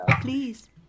please